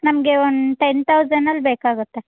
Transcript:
ನಮಗೆ ಒಂದು ಟೆನ್ ತೌಸೆನ್ನಲ್ಲಿ ಬೇಕಾಗುತ್ತೆ